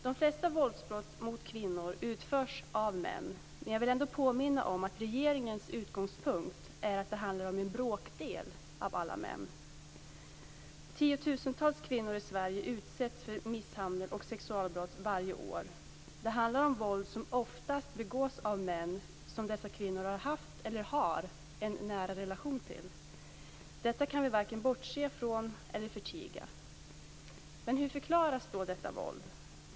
De flesta våldsbrott mot kvinnor utförs av män, men jag vill ändå påminna om att regeringens utgångspunkt är att det handlar om en bråkdel av alla män. Tiotusentals kvinnor i Sverige utsätts för misshandel och sexualbrott varje år. Det handlar om våld som oftast begås av män som dessa kvinnor har haft eller har en nära relation till. Detta kan vi varken bortse från eller förtiga. Hur förklaras då detta våld?